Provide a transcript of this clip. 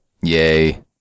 Yay